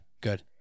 Good